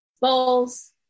bowls